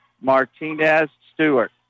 Martinez-Stewart